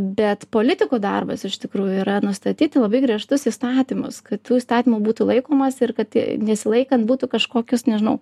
bet politikų darbas iš tikrųjų yra nustatyti labai griežtus įstatymus kad tų įstatymų būtų laikomasi ir kad nesilaikant būtų kažkokios nežinau